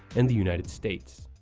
and the united states.